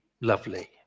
lovely